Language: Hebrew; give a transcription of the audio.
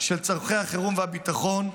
של צורכי החירום והביטחון,